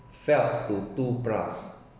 fell to two plus